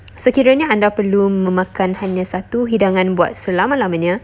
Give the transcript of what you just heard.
sekiranya anda perlu memakan hanya satu hidangan buat selama-lamanya